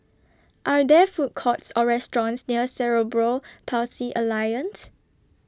Are There Food Courts Or restaurants near Cerebral Palsy Alliance